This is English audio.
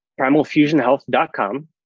primalfusionhealth.com